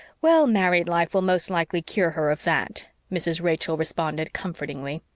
well, married life will most likely cure her of that, mrs. rachel responded comfortingly.